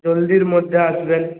জলদির মধ্যে আসবেন